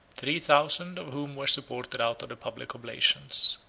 three thousand of whom were supported out of the public oblations.